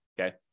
Okay